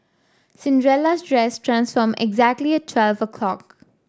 Cinderella's dress transformed exactly at twelve o'clock